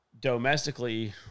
Domestically